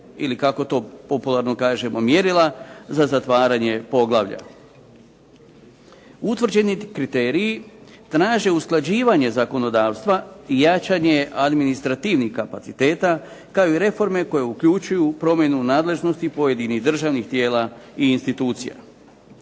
ili kako to popularno kažemo mjerila za zatvaranje poglavlja. Utvrđeni kriteriji traže usklađivanje zakonodavstva i jačanje administrativnih kapaciteta kao i reforme koje uključuju promjenu nadležnosti pojedinih državnih tijela i institucija.